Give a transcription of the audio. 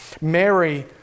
Mary